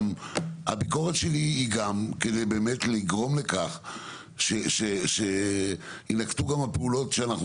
הביקורת שלי היא גם כדי באמת לגרום לכך שינקטו גם הפעולות שאנחנו